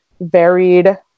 varied